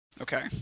Okay